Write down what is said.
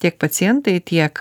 tiek pacientai tiek